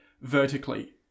vertically